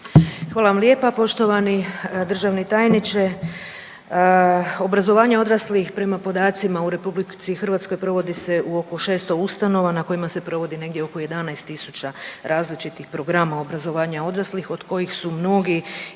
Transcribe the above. Hvala vam lijepa. Poštovani državni tajniče, obrazovanje odraslih prema podacima u RH provodi se u oko 600 ustanova na kojima se provodi negdje oko 11.000 različitih programa obrazovanja odraslih od kojih su mnogi i lošije